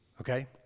okay